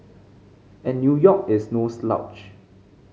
and New York is no slouch